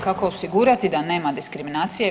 Kako osigurati da nema diskriminacije?